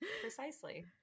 precisely